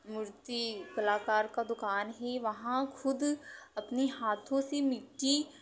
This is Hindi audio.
मूर्ति कलाकार का दुकान ही वहाँ खुद अपनी हाथों से मिट्टी